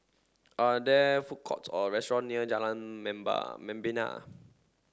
are there food courts or restaurant near Jalan Member Membina